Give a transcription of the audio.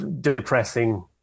Depressing